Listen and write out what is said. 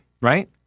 right